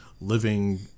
living